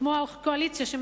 כמו הקואליציה,